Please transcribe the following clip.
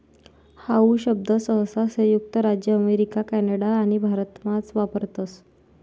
how शब्द सहसा संयुक्त राज्य अमेरिका कॅनडा आणि भारतमाच वापरतस